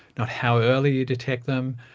not how early you detect them,